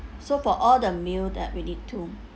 so for all the meal that we need to